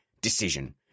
decision